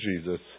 Jesus